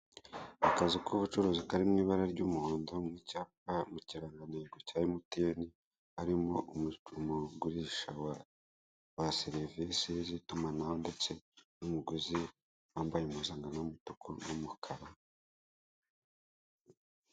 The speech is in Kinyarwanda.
Akazu k'ubucuruzi kari mu ibara ry'umuhondo mu cyapa mu kirangantego cya emutiyeni, harimo umugurisha wa serivisi z'itumanaho, ndetse n'umuguzi wambaye impuzankano y'umutuku n'umukara.